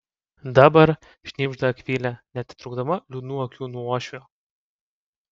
dabar šnibžda akvilė neatitraukdama liūdnų akių nuo uošvio